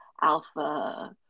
alpha